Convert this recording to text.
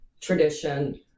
tradition